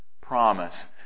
promise